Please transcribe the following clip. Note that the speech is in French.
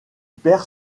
perd